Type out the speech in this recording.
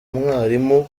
mwarimu